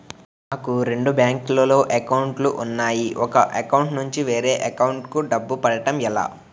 నాకు రెండు బ్యాంక్ లో లో అకౌంట్ లు ఉన్నాయి ఒక అకౌంట్ నుంచి వేరే అకౌంట్ కు డబ్బు పంపడం ఎలా?